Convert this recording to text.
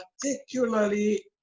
particularly